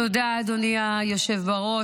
תודה, אדוני היושב-בראש.